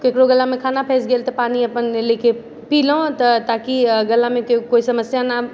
केकरो गलामे खाना फसि गेल तऽ पानि अपन लेके पिलहुँ तऽ ताकि गलामे कोइ समस्या ना